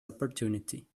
opportunity